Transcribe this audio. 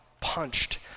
punched